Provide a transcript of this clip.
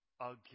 Again